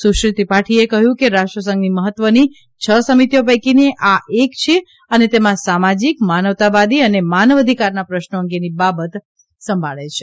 સુશ્રી ત્રિપાઠીએ કહ્યું કે રાષ્ટ્રસંઘની મહત્વની છ સમિતિઓ પૈકીની આ એક છે અને તેમાં સામાજિક માનવતાવાદી અને માનવઅધિકારના પ્રશ્નો અંગેની બાબત સંભાળે છે